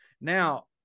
Now